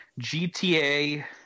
GTA